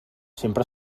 sempre